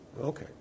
Okay